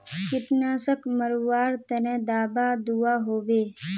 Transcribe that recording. कीटनाशक मरवार तने दाबा दुआहोबे?